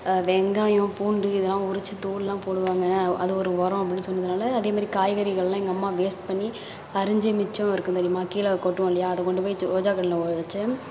வெங்காயம் பூண்டு இதெல்லாம் உரிச்சு தோலெலாம் போடுவாங்க அது ஒரு உரம் அப்படின்னு சொன்னதினால அதே மாரி காய்கறிகளெலாம் எங்கள் அம்மா வேஸ்ட் பண்ணி அரிஞ்சு மிச்சம் இருக்கும் தெரியுமா கீழே கொட்டுவோம் இல்லையா அதை கொண்டு போய் ஜோ ரோஜாக்கன்றுல வைச்சேன்